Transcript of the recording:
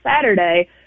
Saturday